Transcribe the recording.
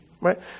right